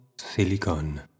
Silicon